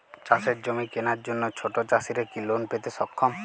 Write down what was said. চাষের জমি কেনার জন্য ছোট চাষীরা কি লোন পেতে সক্ষম?